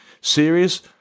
series